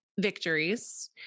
victories